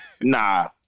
nah